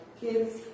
kids